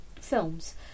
films